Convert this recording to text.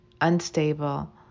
unstable